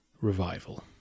Revival